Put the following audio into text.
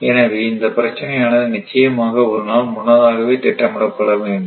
எனவே இந்த பிரச்சனையானது நிச்சயமாக ஒருநாள் முன்னதாகவே திட்டமிடப்பட வேண்டும்